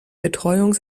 betreuung